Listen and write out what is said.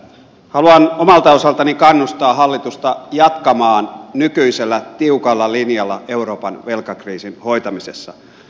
haluan omalta osaltani kannustaa hallitusta jatkamaan nykyisellä tiukalla linjalla euroopan velkakriisin hoitamisessa